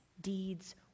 deeds